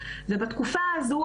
ובתקופה הזו,